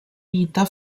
vita